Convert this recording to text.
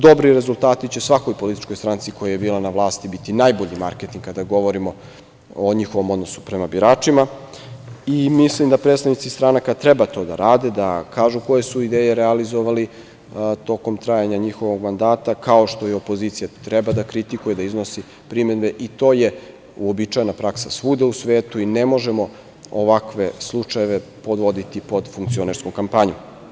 Dobri rezultati će svakoj političkoj stranci koja je bila na vlasti biti najbolji marketing, kada govorimo o njihovom odnosu prema biračima i mislim da predstavnici stranaka treba to rade, da kažu koje su ideje realizovali tokom trajanja njihovog mandata, kao što i opozicija treba da kritikuje, da iznosi primedbe i to je uobičajena praksa svuda u svetu i ne možemo ovakve slučajeve podvoditi pod funkcionersku kampanju.